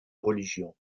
religion